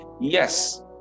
yes